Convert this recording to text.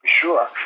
sure